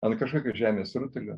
ant kažkokio žemės rutulio